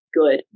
good